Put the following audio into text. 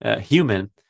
human